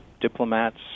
diplomats